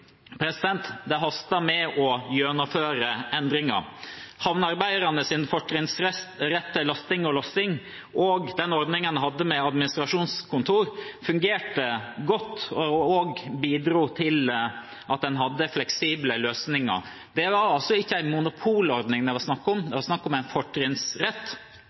Det haster med å gjennomføre endringer. Havnearbeidernes fortrinnsrett til lasting og lossing, og den ordningen en hadde med administrasjonskontor, fungerte godt og bidro til at en hadde fleksible løsninger. Det var ikke en monopolordning det var snakk om, det var snakk om en fortrinnsrett.